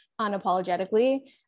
unapologetically